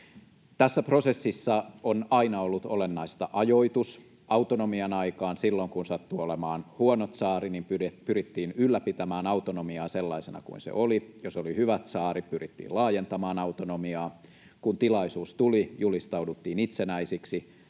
Tässä prosessissa on aina ollut olennaista ajoitus. Autonomian aikaan, silloin kun sattui olemaan huono tsaari, pyrittiin ylläpitämään autonomiaa sellaisena kuin se oli. Jos oli hyvä tsaari, pyrittiin laajentamaan autonomiaa. Kun tilaisuus tuli, julistauduttiin itsenäisiksi.